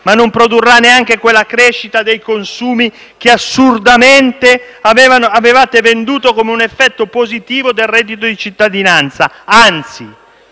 ma non produrrà neanche quella crescita dei consumi che, assurdamente, avevate venduto come un effetto positivo del reddito di cittadinanza. Anzi,